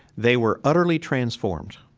they were utterly transformed.